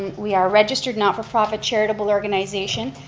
we are registered not-for-profit, charitable organization,